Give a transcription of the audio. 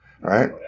right